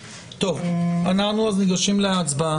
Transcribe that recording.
טוב, אנחנו ניגשים להצעה, נכון?